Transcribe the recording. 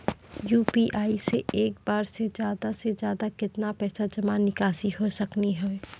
UPI से एक बार मे ज्यादा से ज्यादा केतना पैसा जमा निकासी हो सकनी हो?